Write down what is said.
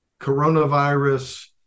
coronavirus